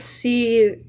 see